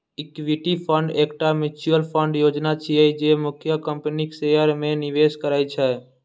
equity fund एकटा mutual fund योजना छियै, जे मुख्यतः कंपनीक शेयर मे निवेश करै छै